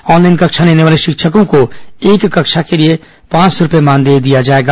online कक्षा लेने वाले शिक्षकों को एक कक्षा के लिए पांच सौ रूपये मानदेय दिया जाएगा